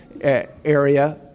area